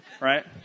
Right